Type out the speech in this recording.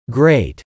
great